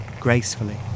gracefully